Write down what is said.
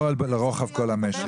לא לרוחב כל המשק.